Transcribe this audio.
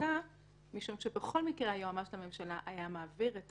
הצדקה משום שבכל מקרה היועמ"ש לממשלה היה מעביר את